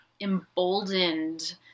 emboldened